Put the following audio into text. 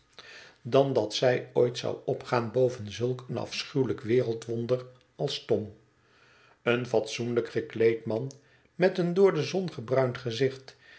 dan dat zij ooit zou opgaan boven zulk een afschuwelijk wereldwonder als tom een fatsoenlijk gekleed man met een door de zon gebruind gezicht